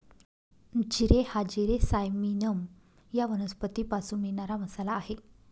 जिरे हा जिरे सायमिनम या वनस्पतीपासून मिळणारा मसाला आहे